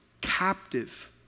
captive